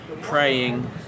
praying